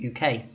UK